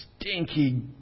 stinky